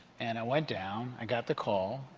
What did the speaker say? and i went down, i got the call,